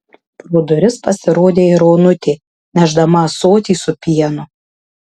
pro duris pasirodė ir onutė nešdama ąsotį su pienu